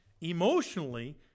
emotionally